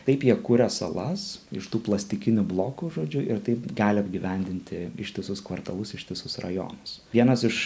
taip jie kuria salas iš tų plastikinių blokų žodžiu ir taip gali apgyvendinti ištisus kvartalus ištisus rajonus vienas iš